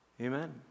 Amen